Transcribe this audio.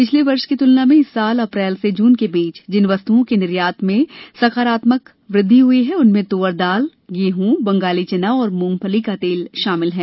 पिछले वर्ष की तुलना में इस साल अप्रैल से जून के बीच जिन वस्तुओं के निर्यात में सकारात्मक वृद्धि हुई उनमें तुअर दाल गेंह बंगाली चना और मूंगफली का तेल शामिल है